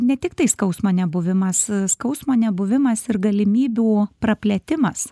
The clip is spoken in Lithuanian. ne tiktai skausmo nebuvimas skausmo nebuvimas ir galimybių praplėtimas